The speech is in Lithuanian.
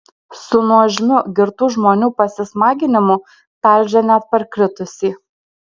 su nuožmiu girtų žmonių pasismaginimu talžė net parkritusį